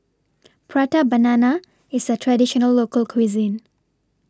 Prata Banana IS A Traditional Local Cuisine